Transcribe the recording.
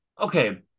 Okay